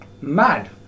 Mad